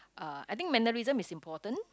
uh I think mannerism is important